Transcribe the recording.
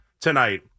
tonight